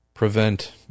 prevent